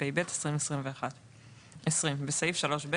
התשפ"ב-2021,"; (2)בסעיף 3(ב),